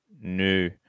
New